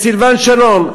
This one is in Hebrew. את סילבן שלום,